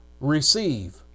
receive